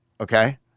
okay